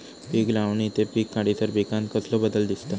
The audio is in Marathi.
पीक लावणी ते पीक काढीसर पिकांत कसलो बदल दिसता?